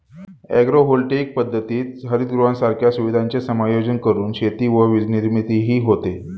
agrovoltaic पद्धतीत हरितगृहांसारख्या सुविधांचे समायोजन करून शेती व वीजनिर्मितीही होते